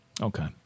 Okay